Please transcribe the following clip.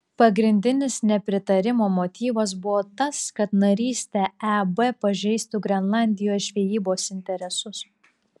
pagrindinis nepritarimo motyvas buvo tas kad narystė eb pažeistų grenlandijos žvejybos interesus